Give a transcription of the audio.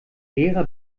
gera